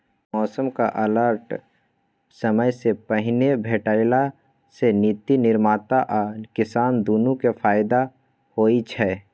मौसमक अलर्ट समयसँ पहिने भेटला सँ नीति निर्माता आ किसान दुनु केँ फाएदा होइ छै